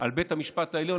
על בית המשפט העליון,